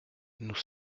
nous